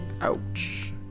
Ouch